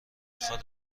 خواد